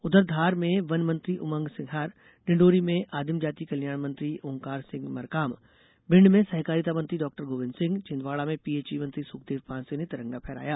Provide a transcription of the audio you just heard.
उधर धार में वनमंत्री उमंग सिघार डिडौरी में आदिम जाति कल्याण मंत्री ओकार सिंह मरकाम भिंड में सहकारिता मंत्री डाक्टर गोविन्द सिंह छिदवाडा में पीएचई मंत्री सुखदेव पांसे ने तिरंगा फहराया